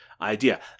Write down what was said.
Idea